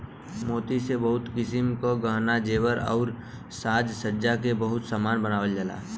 मोती से बहुत किसिम क गहना जेवर आउर साज सज्जा के बहुत सामान बनावल जाला